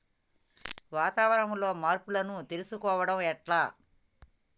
వాతావరణంలో మార్పులను తెలుసుకోవడం ఎట్ల?